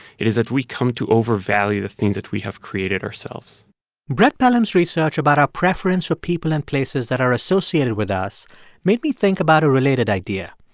it is that we come to overvalue the things that we have created ourselves brett pelham's research about our preference for people and places that are associated with us made me think about a related idea.